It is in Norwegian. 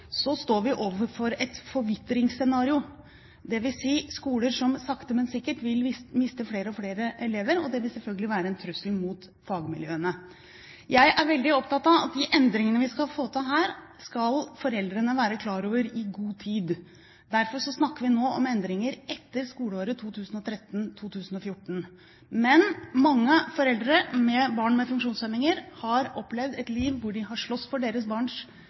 står vi overfor et forvitringsscenario, dvs. skoler som sakte, men sikkert vil miste flere og flere elever. Det vil selvfølgelig være en trussel mot fagmiljøene. Jeg er veldig opptatt av at de endringene vi skal få til her, skal foreldrene være klar over i god tid. Derfor snakker vi nå om endringer etter skoleåret 2013–2014. Men mange foreldre med barn med funksjonshemminger har opplevd et liv hvor de har slåss for sine barns